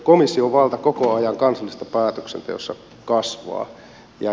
komission valta koko ajan kansallisessa päätöksenteossa kasvaa